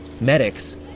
Medics